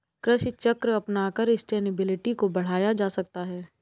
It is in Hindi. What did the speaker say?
कृषि चक्र अपनाकर सस्टेनेबिलिटी को बढ़ाया जा सकता है